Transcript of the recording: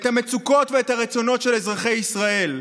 את המצוקות ואת הרצונות של אזרחי ישראל?